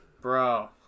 Bro